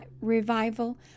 revival